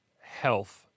health